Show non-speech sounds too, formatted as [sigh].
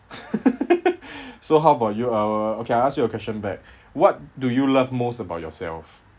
[laughs] so how about you uh okay I ask you a question back what do you love most about yourself